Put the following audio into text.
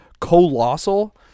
Colossal